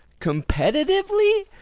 competitively